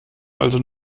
also